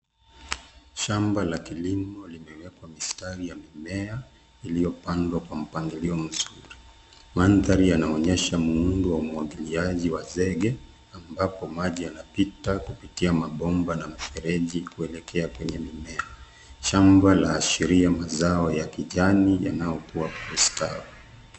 Shamba la kilimo limewekwa bustani ya mimea iliyopandwa kwa mpangilio mzuri. Mandhari yanaonyesha muundo wa umwagiliaji wa zege ambapo maji yanapita kupitia mabomba na mifereji kuelekea kwenye mimea. Shamba inaashiria mazao ya kijani yanayokua kwa usawa.